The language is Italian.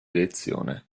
elezione